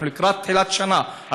אנחנו לקראת תחילת שנה,